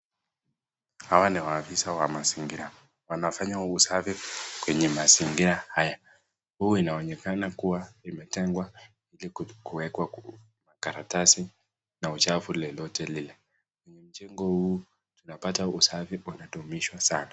Hawa ni maafisa wa mazingira , wanafanya usafi kwenye mazingira haya. Huu inaonekana kua imetengwa ili kuwekwa karatasi na uchafu lolote lile mtindo huu unapatwa usafi inadumizwa sana.